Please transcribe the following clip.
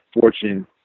fortune